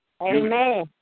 Amen